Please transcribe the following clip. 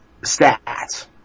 stats